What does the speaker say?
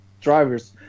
Drivers